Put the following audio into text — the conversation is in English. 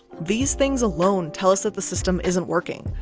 these things alone, tell us that the system isn't working.